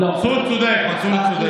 מנסור צודק.